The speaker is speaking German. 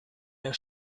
der